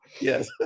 Yes